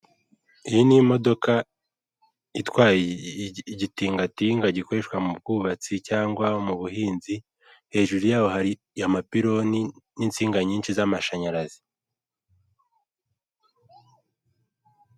Isoko rifite ibicuruzwa bitandukanye by'imitako yakorewe mu Rwanda, harimo uduseke twinshi n'imitako yo mu ijosi, n'imitako yo kumanika mu nzu harimo n'ibibumbano bigiye bitandukanye n'udutebo.